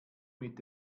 mit